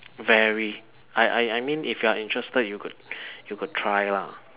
very I I I mean if you are interested you could you could try lah